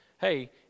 hey